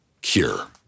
cure